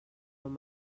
però